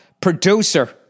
producer